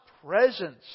presence